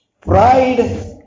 Pride